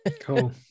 cool